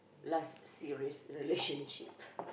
last serious relationship